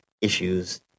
issues